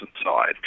inside